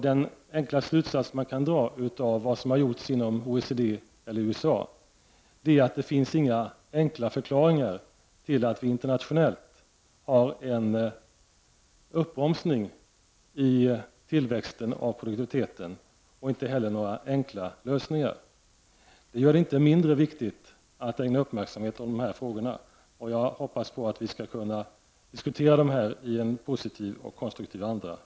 Den slutsats man kan dra av vad som har gjorts inom OECD eller i USA är att det inte finns några enkla förklaringar till att vi internationellt har en uppbromsning i tillväxten av produktiviteten och det finns inte heller några enkla lösningar. Det gör det inte mindre viktigt att ägna uppmärksamhet åt dessa frågor. Jag hoppas att vi framöver skall kunna diskutera dem här i en positiv och konstruktiv anda.